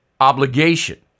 obligation